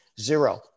zero